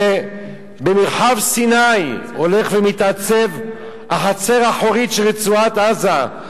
שבמרחב סיני הולכת ומתעצבת החצר האחורית של רצועת-עזה,